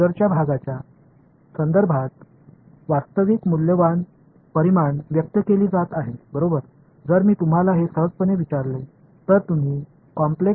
எனவே நாங்கள் இதை ஏற்கனவே செய்துள்ளோம் உண்மையான மதிப்புமிக்க அளவு பேஸர் உண்மையான பகுதியின் அடிப்படையில் வெளிப்படுத்தப்படுகிறது